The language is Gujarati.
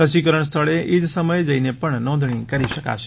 રસીકરણ સ્થળે એજ સમયે જઇને પણ નોંધણી કરી શકાશે